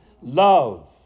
Love